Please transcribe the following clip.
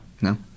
No